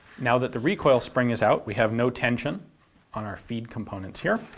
now that the recoil spring is out we have no tension on our feed components here,